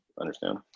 understand